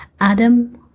Adam